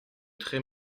très